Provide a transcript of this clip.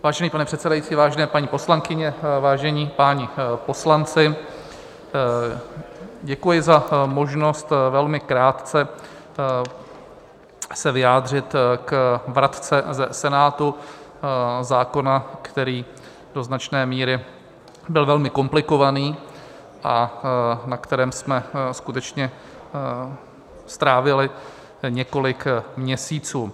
Vážený pane předsedající, vážené paní poslankyně, vážení páni poslanci, děkuji za možnost velmi krátce se vyjádřit k vratce Senátu zákona, který byl do značné míry velmi komplikovaný a na kterém jsme skutečně strávili několik měsíců.